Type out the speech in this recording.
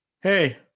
Hey